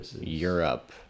Europe